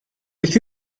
beth